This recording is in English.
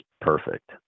perfect